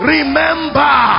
Remember